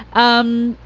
um,